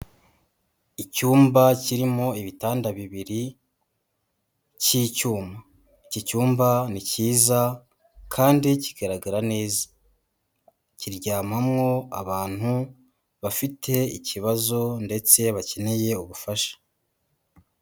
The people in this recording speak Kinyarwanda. Icyumba kirimo ibitanda bibiri cy'icyuma, iki cyumba ni cyiza kandi kigaragara neza, kiryamamo abantu bafite ikibazo ndetse bakeneye ubufasha.